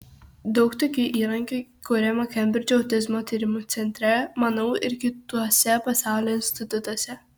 daug tokių įrankių kuriama kembridžo autizmo tyrimų centre manau ir kituose pasaulio institutuose